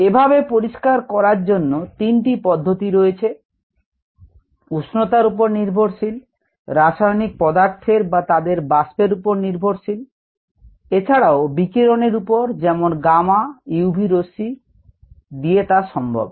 এভাবে পরিষ্কার করার জন্য তিনটি পদ্ধতি রয়েছে উষ্ণতার উপর নির্ভরশীল রাসায়নিক পাদার্থের বা তাদের বাস্পের উপর নির্ভরশীল এছাড়াও বিকিরনের উপর যেমন গামা UV রশ্মি দিয়ে তা সম্ভব